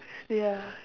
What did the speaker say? ya